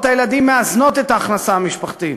הילדים מאזנות את ההכנסה המשפחתית.